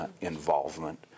involvement